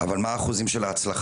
אבל מה האחוזים של ההצלחה?